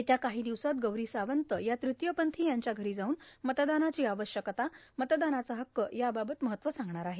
येत्या काही दिवसांत गौरी सावंत या तृतीयपंथी यांच्या घरी जाऊन मतदानाची आवश्यकता मतदानाचा हक्क या बाबत महत्व सांगणार आहेत